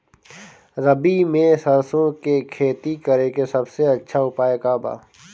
रबी में सरसो के खेती करे के सबसे अच्छा उपाय का बा?